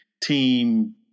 team